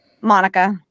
Monica